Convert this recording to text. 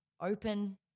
open